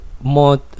more